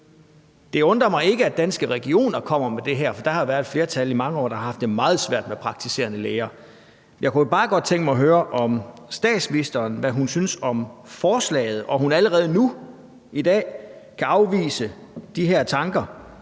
Det undrer mig ikke, at Danske Regioner kommer med det her, for der har været et flertal i mange år, der har haft det meget svært med praktiserende læger. Jeg kunne bare godt tænke mig at høre, hvad statsministeren synes om forslaget, og om hun allerede nu i dag kan afvise de her tanker